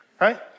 right